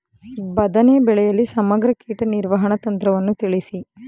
ಬದನೆ ಬೆಳೆಯಲ್ಲಿ ಸಮಗ್ರ ಕೀಟ ನಿರ್ವಹಣಾ ತಂತ್ರವನ್ನು ತಿಳಿಸಿ?